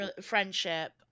friendship